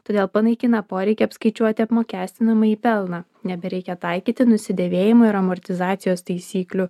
todėl panaikina poreikį apskaičiuoti apmokestinamąjį pelną nebereikia taikyti nusidėvėjimo ir amortizacijos taisyklių